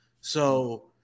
So-